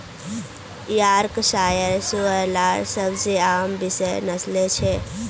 Yorkshire सूअर लार सबसे आम विषय नस्लें छ